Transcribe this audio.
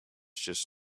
just